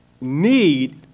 NEED